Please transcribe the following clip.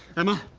emma,